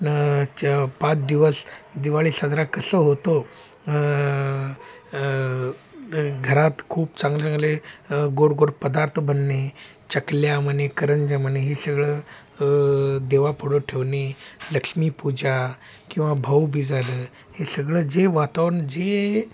न च पात दिवस दिवाळी साजरा कसं होतो घरात खूप चांगले चांगले गोड गोड पदार्थ बनणे चकल्या म्हणे करंज्या म्हणे हे सगळं देवापुढं ठेवणे लक्ष्मी पूजा किंवा भाऊबीज आलं हे सगळं जे वातावरण जे